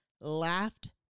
laughed